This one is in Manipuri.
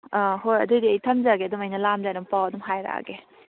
ꯑꯥ ꯍꯣꯏ ꯑꯗꯨꯏꯗꯤ ꯑꯩ ꯊꯝꯖꯔꯒꯦ ꯑꯗꯨꯝ ꯑꯩꯅ ꯂꯥꯛꯑꯝꯗꯥꯏꯗ ꯄꯥꯎ ꯑꯗꯨꯝ ꯍꯥꯏꯔꯛꯑꯒꯦ